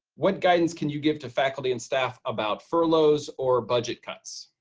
what guidance can you give to faculty and staff about furloughs or budget cuts?